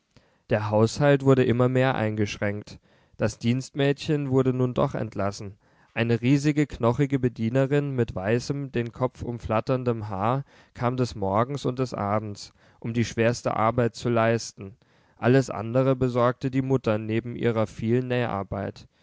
der haushalt wurde immer mehr eingeschränkt das dienstmädchen wurde nun doch entlassen eine riesige knochige bedienerin mit weißem den kopf umflatterdem haar kam des morgens und des abends um die schwerste arbeit zu leisten alles andere besorgte die mutter neben ihrer vielen näharbeit